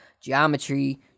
geometry